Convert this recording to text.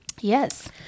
Yes